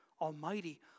Almighty